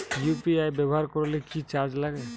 UPI ব্যবহার করলে কি চার্জ লাগে?